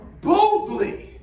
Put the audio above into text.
Boldly